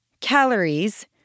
calories